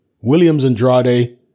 Williams-Andrade